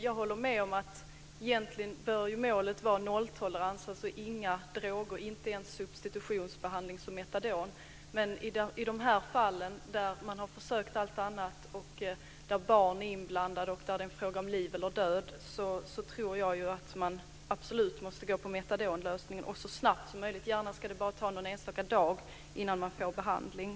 Jag håller med om att målet egentligen bör vara nolltolerans, dvs. inga droger, inte ens substitutionsbehandling som metadon. Men i de här fallen - där man har försökt allt annat, där barn är inblandade och där det är fråga om liv eller död - tror jag att man absolut måste gå på metadonlösningen, och det så snabbt som möjligt. Gärna ska det bara ta någon enstaka dag innan man får behandling.